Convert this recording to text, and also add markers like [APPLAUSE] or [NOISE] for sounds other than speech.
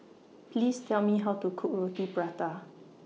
Please Tell Me How to Cook [NOISE] Roti Prata